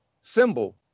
symbol